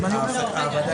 ואני כן מנהל הליך